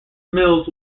mills